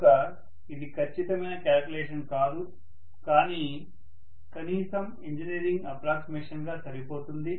కనుక ఇది ఖచ్చితమైన క్యాలిక్యులేషన్ కాదు కాని కనీసం ఇంజనీరింగ్ అప్రాక్సిమేషన్ గా సరిపోతుంది